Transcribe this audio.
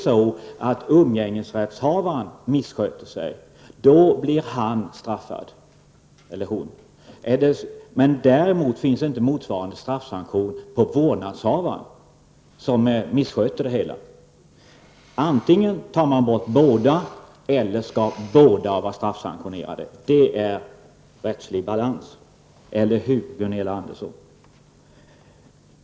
Om umgängesrättshavaren missköter sig, då blir han eller hon straffad. Däremot finns inte motsvarande straffsanktion mot vårdnadshavaren om denne missköter vårdnaden. Antingen tar man helt bort straffsanktionerna, eller också skall straffsanktioner gälla i båda fallen. Det är rättslig balans. Eller hur, Gunilla Andersson?